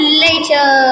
later